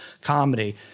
comedy